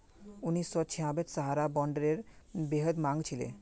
उन्नीस सौ छियांबेत सहारा बॉन्डेर बेहद मांग छिले